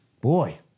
Boy